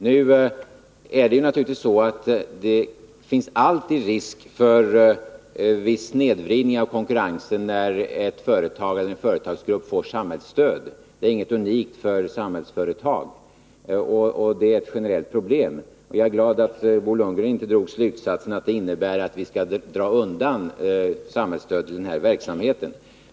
Det finns naturligtvis alltid risk för en viss snedvridning av konkurrensen när ett företag eller en företagsgrupp får samhällsstöd. Det är inget unikt för Samhällsföretag — det är ett generellt problem. Jag är glad att Bo Lundgren inte drog slutsatsen att det innebär att den här verksamheten skulle undandragas samhällsstöd.